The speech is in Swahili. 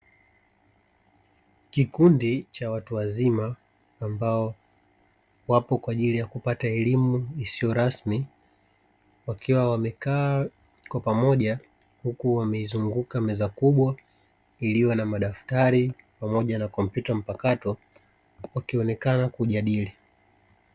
Kikundi cha watu wazima, ambao wapo kwa ajili ya kupata elimu isiyo rasmi; wakiwa wamekaa kwa pamoja huku wameizunguka meza kubwa iliyo na madaftari pamoja na kompyuta mpakato, wakionekana kujadili.